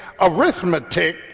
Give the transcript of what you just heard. arithmetic